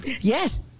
yes